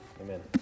Amen